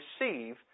receive